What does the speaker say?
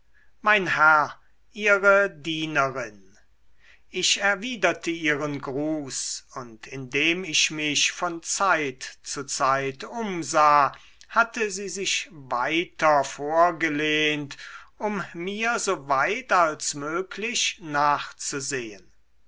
mein herr ihre dienerin ich erwiderte ihren gruß und indem ich mich von zeit zu zeit umsah hatte sie sich weiter vorgelehnt um mir so weit als möglich nachzusehen